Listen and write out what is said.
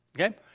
Okay